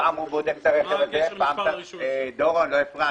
פעם הוא בודק את הרכב הזה, פעם הוא בודק